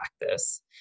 practice